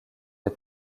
des